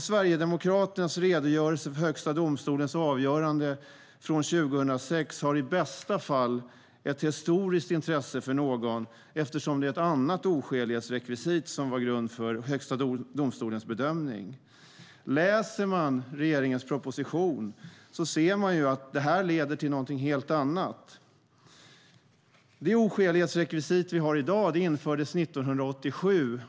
Sverigedemokratens redogörelse för Högsta domstolens avgörande från 2006 har i bästa fall ett historiskt intresse för någon, eftersom det är ett annat oskälighetsrekvisit som var grund för Högsta domstolens bedömning. Läser man regeringens proposition ser man att detta leder till någonting helt annat. Det oskälighetsrekvisit vi har i dag infördes 1987.